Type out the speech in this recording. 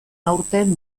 aurten